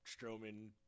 Strowman